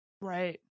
Right